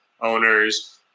owners